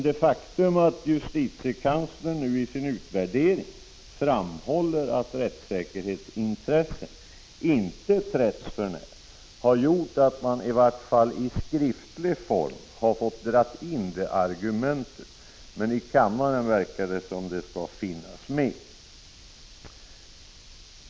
Det faktum att justitiekanslern nu i sin utvärdering framhåller att rättssäkerhetsintressen inte har trätts för när har gjort att man, i varje fall i skriftlig form, har fått dra in det argumentet. Men i kammaren verkar det 53 som om det skall finnas med.